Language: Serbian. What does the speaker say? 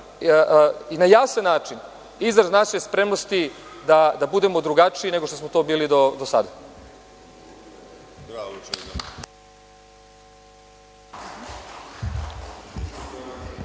i na jasan način izraz naše spremnosti da budemo drugačiji nego što smo to bili do sada.